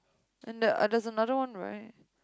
and the there's another one right